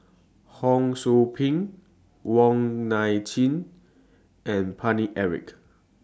Ho SOU Ping Wong Nai Chin and Paine Eric